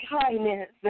kindness